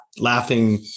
laughing